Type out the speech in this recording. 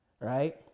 right